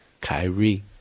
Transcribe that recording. Kyrie